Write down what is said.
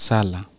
Sala